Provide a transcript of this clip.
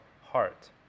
heart